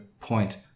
point